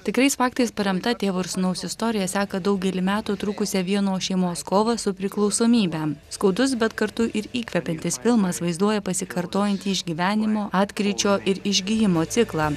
tikrais faktais paremta tėvo ir sūnaus istorija seka daugelį metų trukusią vienos šeimos kovą su priklausomybe skaudus bet kartu ir įkvepiantis filmas vaizduoja pasikartojantį išgyvenimo atkryčio ir išgijimo ciklą